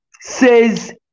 says